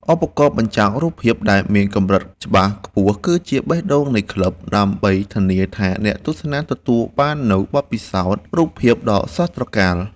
ឧបករណ៍បញ្ចាំងរូបភាព ដែលមានកម្រិតច្បាស់ខ្ពស់ គឺជាបេះដូងនៃក្លឹប ដើម្បីធានាថាអ្នកទស្សនាទទួលបាននូវបទពិសោធន៍រូបភាពដ៏ស្រស់ត្រកាល។